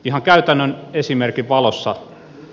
ihan käytännön esimerkin valossa